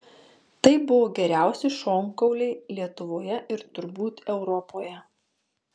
tai buvo geriausi šonkauliai lietuvoje ir turbūt europoje